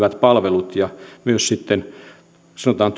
alueilla hyvät palvelut ja myös sanotaan